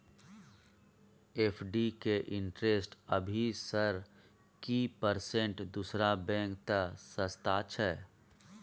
FD के interest अभी sir की परसेंट दूसरा बैंक त सस्ता छः?